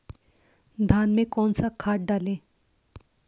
धान में कौन सा खाद डालें?